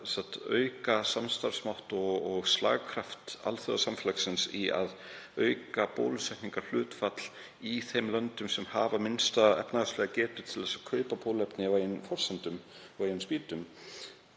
að auka samstarfsmátt og slagkraft alþjóðasamfélagsins í að auka bólusetningarhlutfall í þeim löndum sem hafa minnsta efnahagslega getu til að kaupa bóluefni á eigin forsendum og upp á eigin spýtur